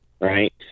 right